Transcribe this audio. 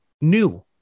new